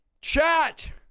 chat